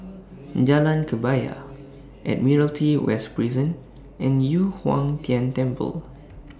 Jalan Kebaya Admiralty West Prison and Yu Huang Tian Temple